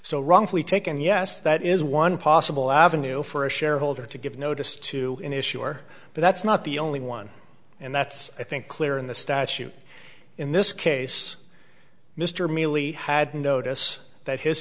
wrongfully taken yes that is one possible avenue for a shareholder to give notice to an issue or but that's not the only one and that's i think clear in the statute in this case mr mili had notice that his